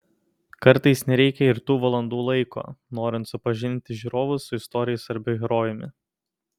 kartais nereikia ir tų valandų laiko norint supažindinti žiūrovus su istorijai svarbiu herojumi